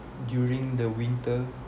during the winter